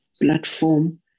platform